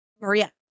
Maria